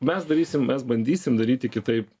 mes darysim mes bandysim daryti kitaip